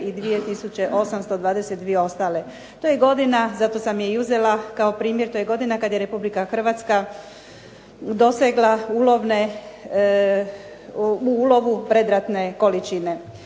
820 ostale. To je godina, zato sam je i uzela kao primjer, to je godina kada je Republike Hrvatska dosegla ulov predratne količine.